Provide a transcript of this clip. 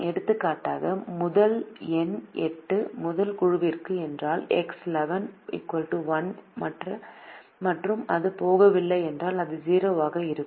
எடுத்துக்காட்டாக முதல் எண் 8 முதல் குழுவிற்குச் சென்றால் எக்ஸ் 11 1 மற்றும் அது போகவில்லை என்றால் அது 0 ஆக இருக்கும்